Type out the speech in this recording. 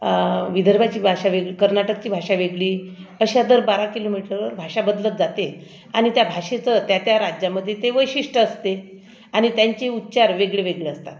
विदर्भाची भाषा वेगळी कर्नाटकची भाषा वेगळी अशा दर बारा किलोमीटरवर भाषा बदलत जाते आणि त्या भाषेचं त्या त्या राज्यामध्ये ते वैशिष्ट्य असते आणि त्यांचे उच्चार वेगळेवेगळे असतात